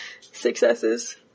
successes